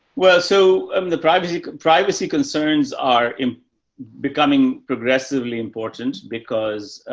well, so i'm, the privacy privacy concerns are becoming progressively important because,